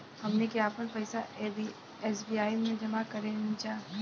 हमनी के आपन पइसा एस.बी.आई में जामा करेनिजा